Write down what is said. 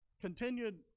continued